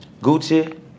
Gucci